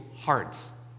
hearts